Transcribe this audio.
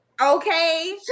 Okay